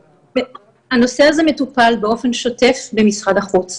הנושא הזה מטופל באופן שוטף במשרד החוץ.